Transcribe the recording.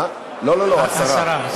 לא, לא, השרה.